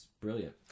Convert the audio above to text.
brilliant